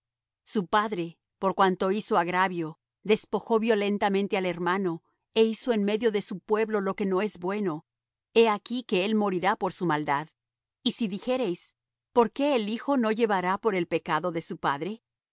su padre por cuanto hizo agravio despojó violentamente al hermano é hizo en medio de su pueblo lo que no es bueno he aquí que él morirá por su maldad y si dijereis por qué el hijo no llevará por el pecado de su padre